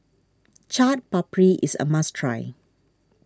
Chaat Papri is a must try